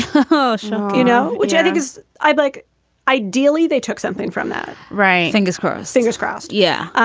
um ah so you know, which i think is. i like ideally they took something from that. right. fingers crossed. fingers crossed. yeah.